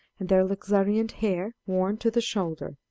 and their luxuriant hair, worn to the shoulders,